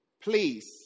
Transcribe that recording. Please